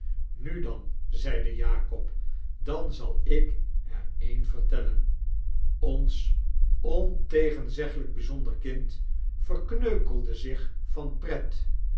nu dan zeide jakob dan zal ik er een vertellen ons ontegenzeglyk bijzonder kind verkneukelde zich van pret